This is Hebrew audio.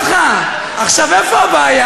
עכשיו, אותך עוד אפשר לקבל.